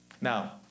Now